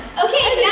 okay yeah